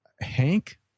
Hank